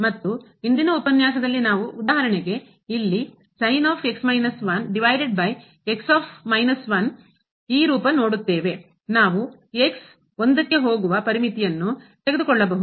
ಮತ್ತು ಇಂದಿನ ಉಪನ್ಯಾಸದಲ್ಲಿ ನಾವು ಉದಾಹರಣೆಗೆ ಇಲ್ಲಿ ಈ ರೂಪ ನೋಡುತ್ತೇವೆ ನಾವು x ತೆಗೆದುಕೊಳ್ಳಬಹುದು